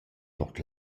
tuot